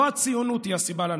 לא הציונות היא הסיבה לנכבה.